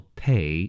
pay